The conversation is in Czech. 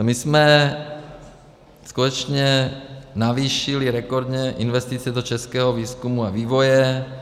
My jsme skutečně navýšili rekordně investice do českého výzkumu a vývoje.